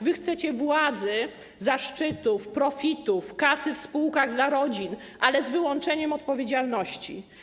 Wy chcecie władzy, zaszczytów, profitów, kasy w spółkach dla rodzin, ale z wyłączeniem odpowiedzialności.